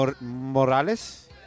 Morales